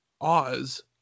Oz